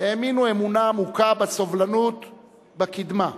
האמינו אמונה עמוקה בסובלנות ובקדמה.